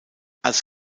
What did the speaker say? als